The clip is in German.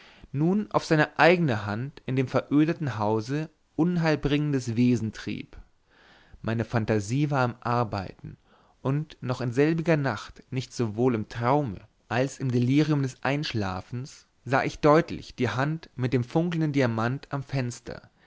nun auf seine eigne hand in dem verödeten hause unheilbringendes wesen trieb meine fantasie war im arbeiten und noch in selbiger nacht nicht sowohl im traum als im delirieren des einschlafens sah ich deutlich die hand mit dem funkelnden diamant am finger